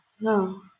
No